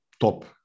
top